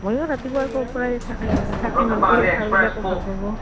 ময়ো ৰাতিপুৱাৰ পৰাই থাকিম সেই ছাৰবিলাকেও ভাল পাব